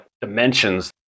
dimensions